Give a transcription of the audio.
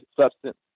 substance